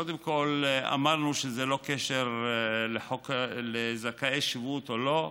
קודם כול, אמרנו שזה ללא קשר לזכאי שבות או לא,